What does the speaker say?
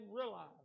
realize